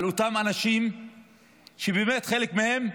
על אותם אנשים שבאמת, חלק מהם,